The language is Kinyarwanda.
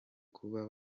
kuba